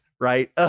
right